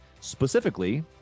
specifically